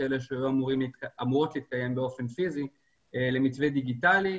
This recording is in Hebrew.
האלה שהיו אמורות להתקיים באופן פיזי למתווה דיגיטלי.